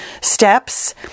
steps